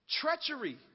Treachery